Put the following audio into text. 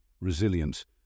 resilience